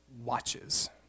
watches